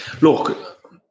look